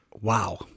Wow